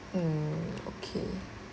mm okay